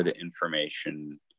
information